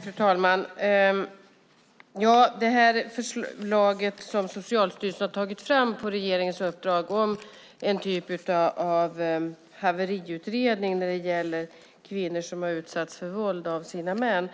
Fru talman! Det förslag som Socialstyrelsen har tagit fram på regeringens uppdrag om en typ av haveriutredning när det gäller kvinnor som har utsatts för våld av sina män